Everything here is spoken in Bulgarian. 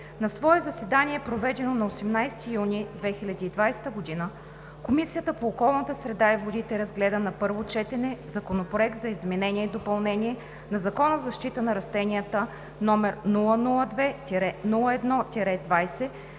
На свое заседание, проведено на 18 юни 2020 г., Комисията по околната среда и водите разгледа на първо четене Законопроект за изменение и допълнение на Закона за защита на растенията, № 002 01-20,